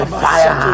fire